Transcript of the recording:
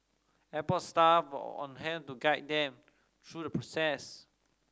airport staff were on hand to guide them through the process